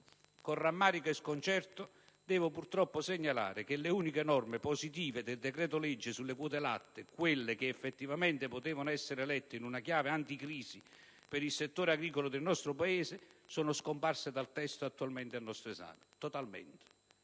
Con rammarico e sconcerto, devo segnalare che le uniche norme positive del decreto-legge sulle quote-latte, quelle che effettivamente potevano essere lette in una chiave anticrisi per il settore agricolo del nostro Paese, sono scomparse dal testo attualmente al nostro esame, totalmente.